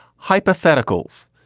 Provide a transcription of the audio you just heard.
hypotheticals,